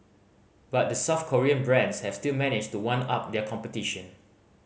but the South Korean brands have still managed to one up their competition